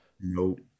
Nope